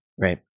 right